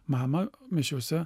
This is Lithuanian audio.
mamą mišiose